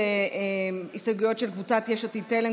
ההסתייגויות שקבוצת יש עתיד-תל"ם,